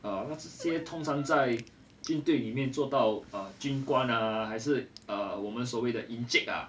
err 那这些通常在军队里面做到 err 军官啊还是我们所谓的 encik ah